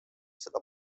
seda